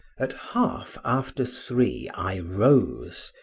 at half after three i rose,